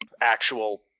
actual